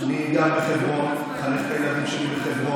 אני גר בחברון, מחנך את הילדים שלי בחברון.